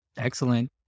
Excellent